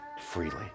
Freely